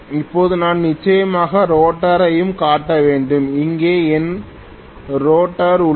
இப்போது நான் நிச்சயமாக ரோட்டரையும் காட்ட வேண்டும் இங்கே என் ரோட்டார் உள்ளது